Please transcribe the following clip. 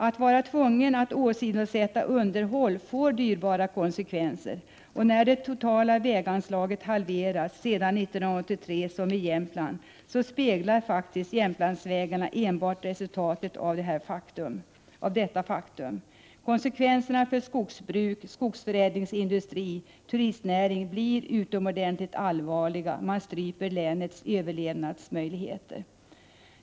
Åsidosättandet av underhåll får dyrbara konsekvenser. Jämtlandsvägarna speglar resultatet av det faktum att det totala väganslaget till Jämtland har halverats sedan 1983. Konsekvenserna för skogsbruk, skogsförädlingsindustri och turistnäring blir utomordentligt allvarliga; länets överlevnadsmöjligheter stryps.